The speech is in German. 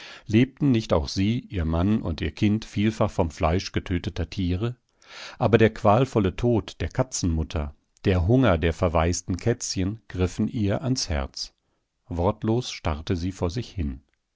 lebten nicht auch sie ihr mann und ihr kind vielfach vom fleisch getöteter tiere aber der qualvolle tod der katzenmutter der hunger der verwaisten kätzchen griffen ihr ans herz wortlos starrte sie vor sich hin